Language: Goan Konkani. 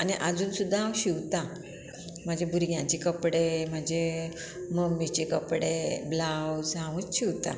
आनी आजून सुद्दां हांव शिंवता म्हाजे भुरग्यांचे कपडे म्हाजे मम्मीचे कपडे ब्लावज हांवूच शिंवतां